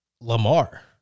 lamar